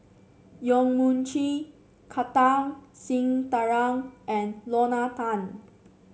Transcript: Yong Mun Chee Kartar Singh Thakral and Lorna Tan